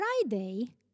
Friday